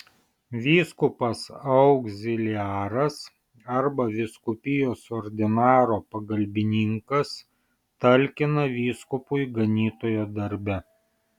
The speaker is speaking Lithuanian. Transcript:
vyskupas augziliaras arba vyskupijos ordinaro pagalbininkas talkina vyskupui ganytojo darbe